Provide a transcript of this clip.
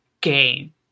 game